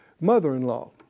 mother-in-law